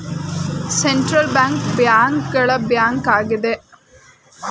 central bank bank ಗಳ bank ಆಗಿದೆ